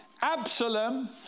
Absalom